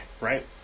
right